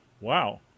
Wow